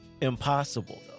impossible